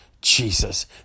Jesus